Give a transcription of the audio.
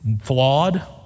flawed